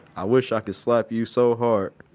i wish i could slap you so hard.